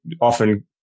often